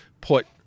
put